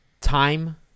time